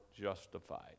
justified